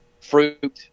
fruit